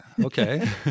Okay